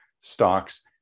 stocks